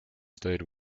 stayed